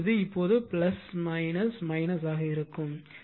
எனவே அது இப்போது ஆக இருக்கும்